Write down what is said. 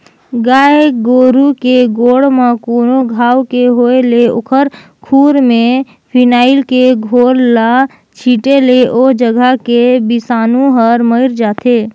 गाय गोरु के गोड़ म कोनो घांव के होय ले ओखर खूर में फिनाइल के घोल ल छींटे ले ओ जघा के बिसानु हर मइर जाथे